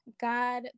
God